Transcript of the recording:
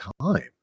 time